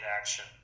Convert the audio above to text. action